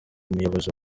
umuyobozi